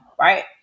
right